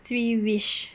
three wish